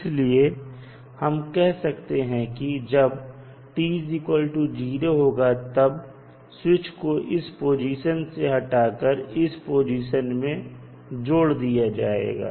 इसलिए हम कह सकते हैं कि जब t0 होगा तब स्विच को इस पोजीशन से हटाकर इस पोजीशन में जोड़ दिया जाएगा